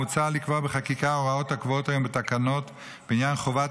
מוצע לקבוע בחקיקה הוראות הקבועות היום בתקנות בעניין חובת